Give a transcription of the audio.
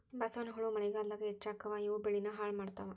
ಬಸವನಹುಳಾ ಮಳಿಗಾಲದಾಗ ಹೆಚ್ಚಕ್ಕಾವ ಇವು ಬೆಳಿನ ಹಾಳ ಮಾಡತಾವ